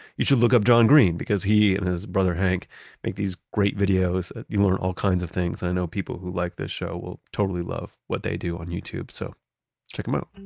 you should look up john green because he and his brother hank make these great videos. you learn all kinds of things. i know people who like this show will totally love what they do on youtube. so check them out